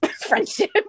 friendship